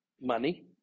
Money